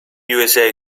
usa